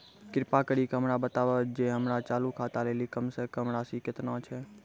कृपा करि के हमरा बताबो जे हमरो चालू खाता लेली कम से कम राशि केतना छै?